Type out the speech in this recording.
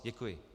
Děkuji.